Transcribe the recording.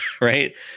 Right